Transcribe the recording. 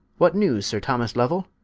what newes, sir thomas louell?